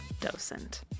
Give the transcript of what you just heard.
docent